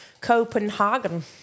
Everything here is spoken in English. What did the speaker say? Copenhagen